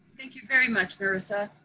thank you very much, marissa.